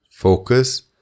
Focus